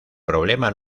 problema